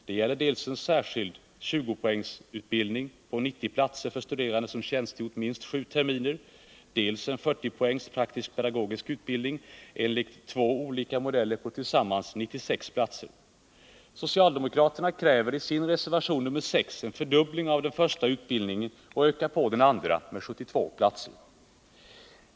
Det gäller dels en särskild 20-poängsutbildning på 90 platser för studerande som tjänstgjort minst sju terminer, dels en 40-poängs praktisk-pedagogisk utbildning enligt två olika modeller på tillsammans 96 platser. Socialdemokraterna kräver i sin reservation 6 en fördubbling av den första utbildningen och ökar på den andra med 72 platser.